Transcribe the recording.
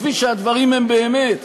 כפי שהדברים הם באמת,